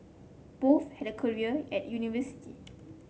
both had a career at university